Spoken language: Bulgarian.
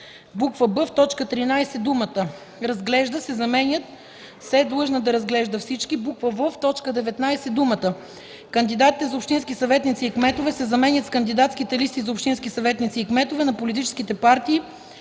б) в точка 13 думата „разглежда” се заменя с „е длъжна да разглежда всички”; в) в т. 19 думата „кандидатите за общински съветници и кметове” се заменят с „кандидатските листи за общински съветници и кметове на политическите партии,